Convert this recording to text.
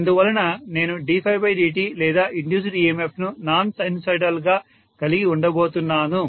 అందువలన నేను ddt లేదా ఇండ్యూస్డ్ EMF ను నాన్ సైనుసోయిడల్ గా కలిగి ఉండబోతున్నాను